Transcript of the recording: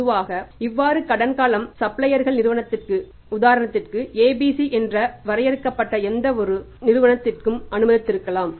பொதுவாக இவ்வாறு கடன் காலம் சப்ளையர்கள் நிறுவனத்திற்கு உதாரணத்திற்கு ABC என்ற வரையறுக்கப்பட்ட எந்தவொரு நிறுவனத்திற்கும் அனுமதித்திருக்கலாம்